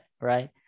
right